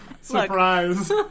surprise